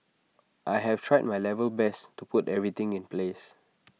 I have tried my level best to put everything in place